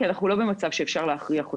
כי אנחנו לא במצב שאפשר להכריח אותם.